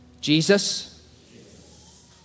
Jesus